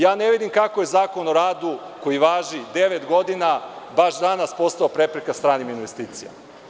Ja ne vidim kako je Zakon o radu, koji važi devet godina, baš danas postao prepreka stranim investicijama.